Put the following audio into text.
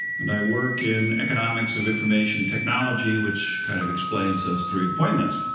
and i work in economics of information technology, which kind of explains those three appointments.